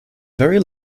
very